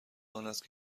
آنست